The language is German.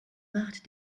macht